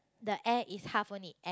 the air is half only air